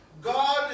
God